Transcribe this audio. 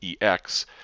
EX